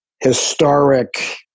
historic